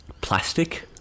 plastic